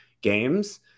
games